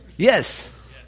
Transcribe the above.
Yes